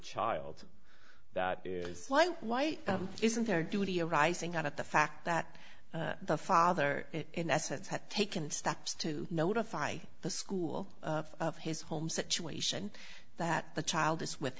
child that is why why isn't there a duty arising out of the fact that the father in essence had taken steps to notify the school of his home situation that the child is with